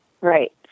right